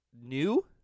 new